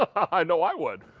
i know i would!